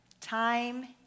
Time